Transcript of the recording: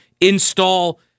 install